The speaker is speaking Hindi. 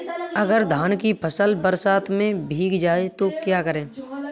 अगर धान की फसल बरसात में भीग जाए तो क्या करें?